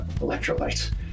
electrolytes